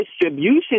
distribution